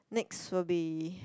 next will be